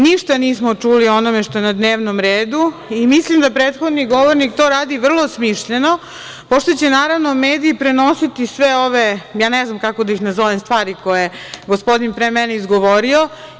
Ništa nismo čuli o onome što je na dnevnom redu i mislim da prethodni govornik to radi vrlo smišljeno, pošto će naravno mediji prenositi sve ove, ne znam kako da ih nazovem, stvari koje je gospodin pre mene izgovorio.